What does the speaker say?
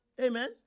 Amen